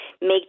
make